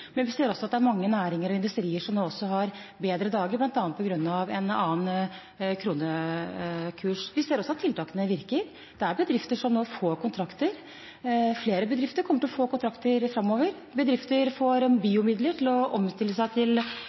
men vi ser også at det er mange næringer og industrier som nå har bedre dager, bl.a. på grunn av en annen kronekurs. Vi ser at tiltakene virker. Det er bedrifter som nå får kontrakter. Flere bedrifter kommer til å få kontrakter framover. Bedrifter får biomidler til å omstille seg til